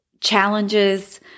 challenges